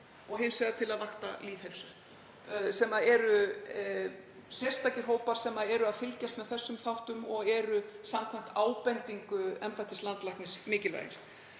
og hins vegar til að vakta lýðheilsu, þetta eru sérstakir hópar sem fylgjast með þessum þáttum sem eru samkvæmt ábendingu embættis landlæknis mikilvægir.